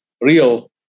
real